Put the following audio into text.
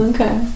Okay